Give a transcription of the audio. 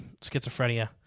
schizophrenia